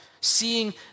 seeing